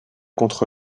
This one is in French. contre